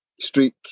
streak